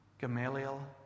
Gamaliel